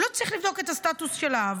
לא צריך לבדוק את הסטטוס של האב.